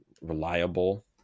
reliable